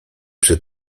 przy